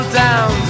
down